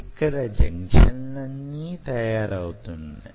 ఇక్కడ జంక్షన్లన్నీ తయారవుతున్నాయి